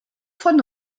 von